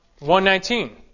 119